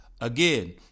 Again